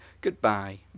Goodbye